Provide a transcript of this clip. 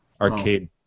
arcade